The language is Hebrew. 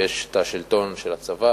שם יש השלטון של הצבא